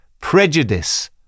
prejudice